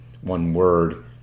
one-word